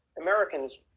Americans